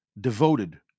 devoted